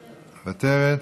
מוותרת,